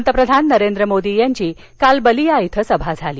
पंतप्रधान नरेंद्र मोदी यांची काल बलिया इथं सभा झाली